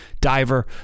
Diver